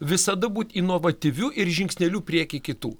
visada būt inovatyviu ir žingsneliu prieky kitų